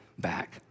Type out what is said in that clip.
back